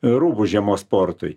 rūbų žiemos sportui